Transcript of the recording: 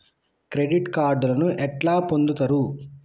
Credit కార్డులను ఎట్లా పొందుతరు?